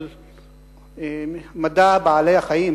של מדע בעלי החיים,